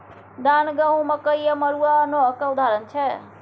धान, गहुँम, मकइ आ मरुआ ओनक उदाहरण छै